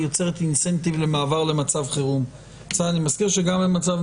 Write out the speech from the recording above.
ימים אינטנסיביים ומאומצים בתוך חדר הוועדה